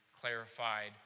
clarified